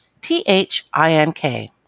T-H-I-N-K